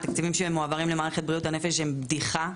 התקציבים שמועברים למערכת בריאות הנפש הם בדיחה.